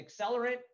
accelerant